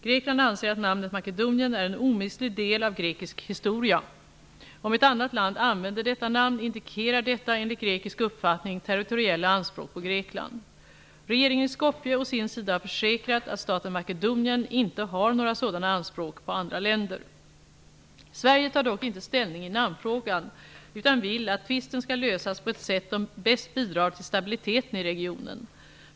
Grekland anser att namnet Makedonien är en omistlig del av grekisk historia. Om ett annat land använder detta namn indikerar detta, enligt grekisk uppfattning, territoriella anspråk på Grekland. Regeringen i Skopje å sin sida har försäkrat att staten Makedonien inte har några sådana anspråk på andra länder. Sverige tar dock inte ställning i namnfrågan utan vill att tvisten skall lösas på ett sätt som bäst bidrar till stabiliteten i regionen.